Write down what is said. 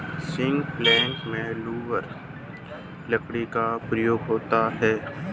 ceiling प्लेग में lumber लकड़ी का प्रयोग होता है